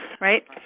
Right